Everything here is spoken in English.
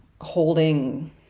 holding